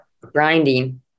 Grinding